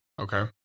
Okay